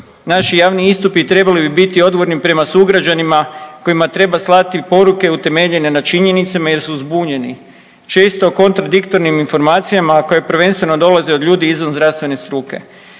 naši javni istupi trebali bi biti odgovorni prema sugrađanima kojima treba slati poruke utemeljene na činjenicama jer su zbunjeni često kontradiktornim informacijama, a koje prvenstveno dolaze od ljudi izvan zdravstvene struke.